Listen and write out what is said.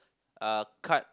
uh cut